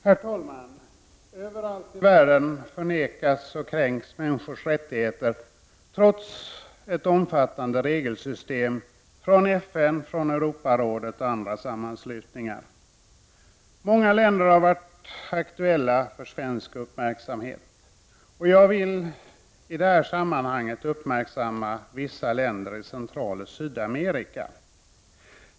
Herr talman! Överallt i världen förnekas och kränks människors rättigheter trots ett omfattande regelsystem från FN, Europarådet och andra sammanslutningar. Många länder har varit aktuella för svensk uppmärksamhet. Jag skall i detta sammanhang uppmärksamma vissa länder i Centraloch Sydamerika.